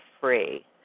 free